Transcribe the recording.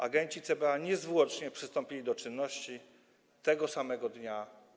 Agenci CBA niezwłocznie przystąpili do czynności tego samego dnia.